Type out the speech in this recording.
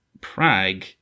Prague